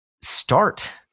start